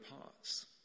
parts